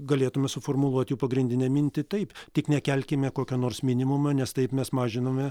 galėtume suformuluoti jų pagrindinę mintį taip tik nekelkime kokio nors minimumo nes taip mes mažiname